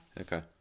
Okay